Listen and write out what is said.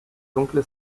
dunkle